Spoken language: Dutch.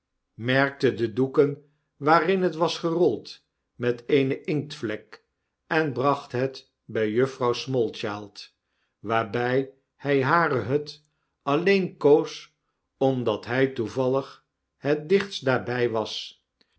merkte de doeken waarin het was gerold met eene inktvlek en bracht het bij mevrouw smallchild waarby hy hare hut alleen koos omdat hy toevallig het dichtst daarbg was